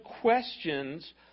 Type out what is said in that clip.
questions